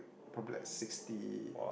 probably like sixty